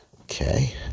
Okay